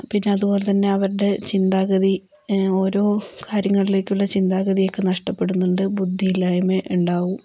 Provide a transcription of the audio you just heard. പിന്നെ അതുപോലെതന്നെ അവരുടെ ചിന്താഗതി ഓരോ കാര്യങ്ങളിലേക്കുള്ള ചിന്താഗതിയൊക്കെ നഷ്ടപ്പെടുന്നുണ്ട് ബുദ്ധിയില്ലായ്മയും ഉണ്ടാവും